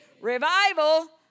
Revival